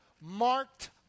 marked